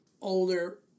older